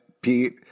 Pete